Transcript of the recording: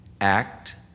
act